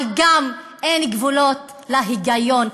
אבל גם אין גבולות להיגיון,